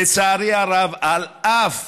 לצערי הרב, על אף